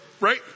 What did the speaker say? Right